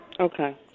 Okay